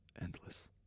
endless